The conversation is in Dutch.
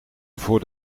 ervoor